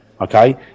Okay